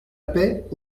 paix